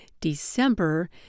December